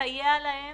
ונסייע להם